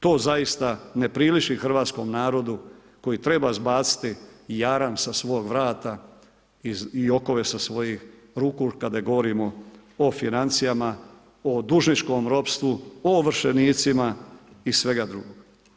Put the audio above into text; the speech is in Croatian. To zaista ne priliči hrvatskom narodu koji treba zbaciti jaram sa svog vrata i okove sa svojih ruku kada govorimo o financijama, o dužničkom ropstvu, o ovršenicima i svemu drugom.